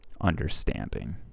understanding